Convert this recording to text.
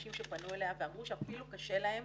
אנשים שפנו אליה ואמרו שאפילו קשה להם